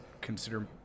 consider